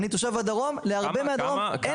אני תושב הדרום ולהרבה מהדרום אין שב"ן.